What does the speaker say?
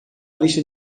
lista